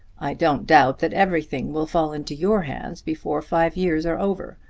i don't doubt that everything will fall into your hands before five years are over,